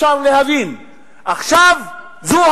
אבל אפשר להבין זאת מהקשר של כמה חוקים.